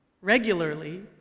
regularly